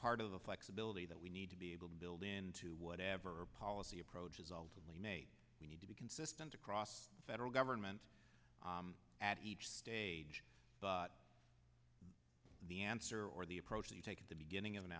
part of the flexibility that we need to be able to build into whatever policy approaches ultimately we need to be consistent across the federal government each stage but the answer or the approach that you take at the beginning of an